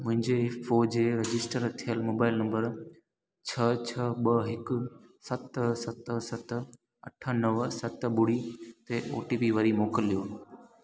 मुंहिंजे ईफपो जे रजिस्टर थियल मोबाईल नंबर छह छह ॿ हिक सत सत सत अठ नव सत ॿुड़ी ते ओटीपी वरी मोकिलियो